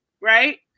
right